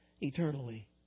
eternally